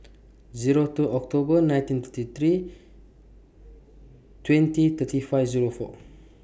Zero two October nineteen thirty three twenty thirty five Zero four